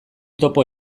topo